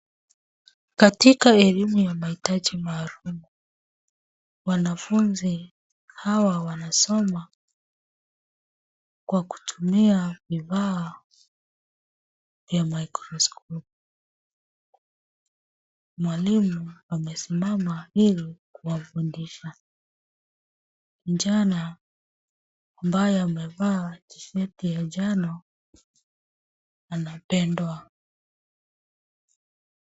Katika elimu ya mahitaji maalum, wanafunzi hawa wanasoma kwa kutumia vifaa vya microscope . Mwalimu amesimama ili kuwafundisha. Kijana ambaye amevaa tishati ya njano anapendwa.